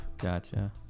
gotcha